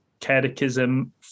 Catechism